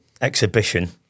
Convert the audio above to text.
exhibition